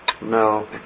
No